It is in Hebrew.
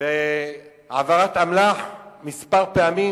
בהעברת אמל"ח כמה פעמים.